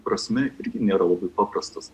prasme irgi nėra labai paprastas